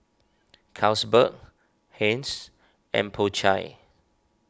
Carlsberg Heinz and Po Chai